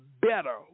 better